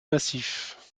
massif